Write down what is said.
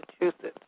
Massachusetts